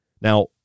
Now